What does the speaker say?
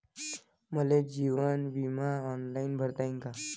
मले जीवन बिमा ऑनलाईन भरता येईन का?